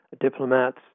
diplomats